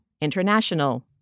International